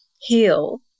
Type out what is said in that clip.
heal